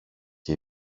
και